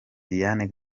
diane